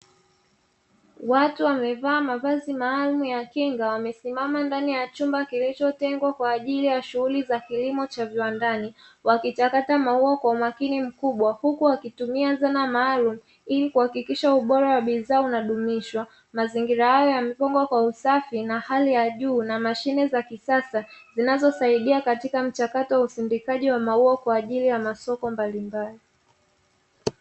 Watu wamevaa mavazi maalumu ya kinga wamesimama ndani ya chumba kilichotengwa kwa ajili ya shughuli za kilimo cha viwandani, wakichakata maua kwa umakini mkubwa, huku wakitumia dhana maalumu ili kuhakikisha ubora wa bidhaa unadumishwa. Mazingira hayo yamepangwa kwa usafi na hali ya juu na mashine za kisasa zinazosaidia katika mchakato wa usindikaji wa maua kwa ajili ya masoko mbalimbali.